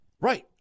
Right